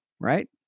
Right